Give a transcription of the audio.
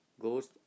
goes